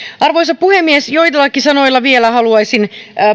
arvoisa puhemies joillakin sanoilla vielä haluaisin